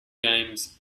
games